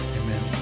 Amen